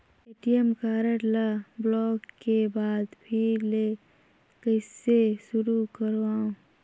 ATM card ल block के बाद फिर ले कइसे शुरू करव?